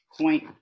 point